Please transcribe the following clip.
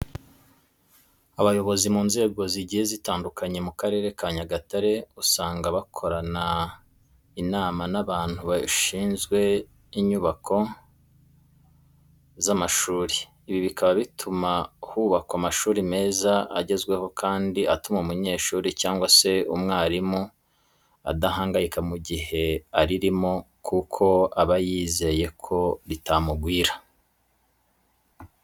Abayobozi mu nzego zigiye zitandukanye mu Karere ka Nyagatare usanga bakorana inama n'abantu bashyinzwe inyubako z'amashuri. Ibi bikaba bituma hubakwa amashuri meza agezweho kandi atuma umunyeshuri cyangwa se umwarimu adahangayika mu gihe aririmo kuko aba yizeye ko ritamugwira.